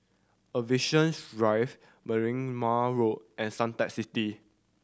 Aviation Drive Merlimau Road and Suntec City